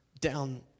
down